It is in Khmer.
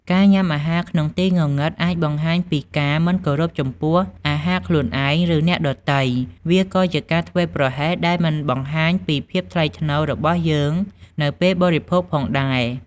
ការញាំអាហារក្នុងទីងងឹត អាចបង្ហាញពីការមិនគោរពចំពោះអាហារខ្លួនឯង ឬអ្នកដទៃ វាក៏ជាការធ្វេសប្រហែសដែលមិនបង្ហាញពីភាពថ្លៃថ្នូររបស់យើងនៅពេលបរិភោគផងដែរ ។